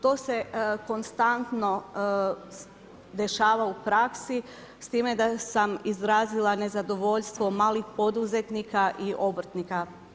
To se konstantno dešava u praksi, s time da sam izrazila nezadovoljstvo malih poduzetnika i obrtnika.